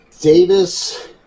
Davis